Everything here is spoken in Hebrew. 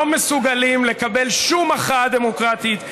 לא מסוגלים לקבל שום הכרעה דמוקרטית.